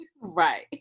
Right